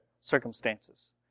circumstances